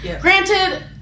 Granted